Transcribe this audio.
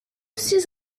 six